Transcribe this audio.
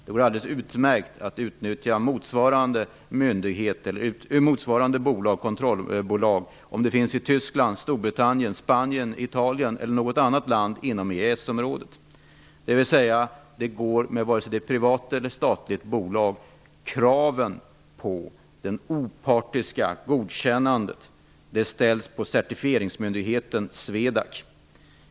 Det går alldeles utmärkt att utnyttja motsvarande kontrollbolag i Tyskland, Storbritannien, Spanien, Italien eller i något annat land inom EES-området, vare sig det är privat eller statligt bolag. Kraven på opartiskhet ställs på certifieringsmyndigheten SWEDAC.